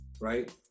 right